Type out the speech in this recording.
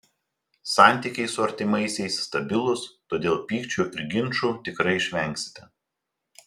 santykiai su artimaisiais stabilūs todėl pykčių ir ginčų tikrai išvengsite